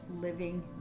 living